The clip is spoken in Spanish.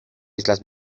islas